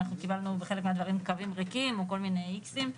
אנחנו קיבלנו בחלק מהדברים קווים ריקים או כל מיני איקסים.